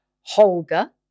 Holger